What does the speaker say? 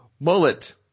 Mullet